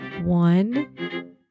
one